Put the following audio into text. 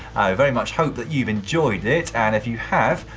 very much hope that you've enjoyed it. and if you have,